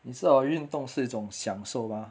你知道啊运动是一种享受 mah